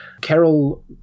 Carol